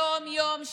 יום-יום,